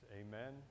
Amen